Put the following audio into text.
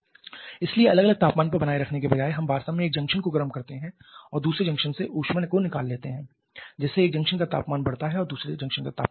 इसलिए अलग अलग तापमान पर बनाए रखने के बजाय हम वास्तव में एक जंक्शन को गर्म करते हैं और दूसरे जंक्शन से उस ऊष्मा को निकालते हैं जिससे एक जंक्शन का तापमान बढ़ता है और दूसरे जंक्शन का तापमान कम होता है